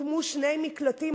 הוקמו שני מקלטים,